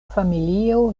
familio